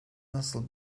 nasıl